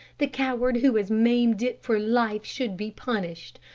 the coward who has maimed it for life should be punished.